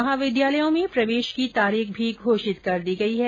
महाविद्यालयों में प्रवेश की तारीख भी घोषित कर दी गई है